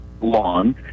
lawn